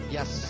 Yes